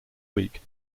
week